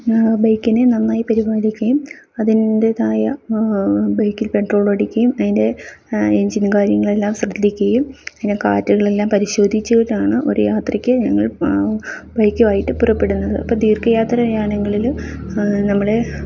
ഞങ്ങള് ബൈക്കിനെ നന്നായി പരിപാലിക്കുകയും അതിൻ്റെതായ ബൈക്കിൽ പെട്രോളടിക്കുകയും അതിന്റെ എഞ്ചിനും കാര്യങ്ങളുമെല്ലാം ശ്രദ്ധിക്കുകയും അതിന്റെ കാറ്റെല്ലാം പരിശോധിച്ചിട്ടാണ് ഒരു യാത്രയ്ക്ക് ഞങ്ങൾ ബൈക്കുമായിട്ട് പുറപ്പെടുന്നത് അപ്പോള് ദീർഘയാത്ര ചെയ്യുകയാണെങ്കില് നമ്മള്